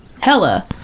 Hella